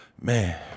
Man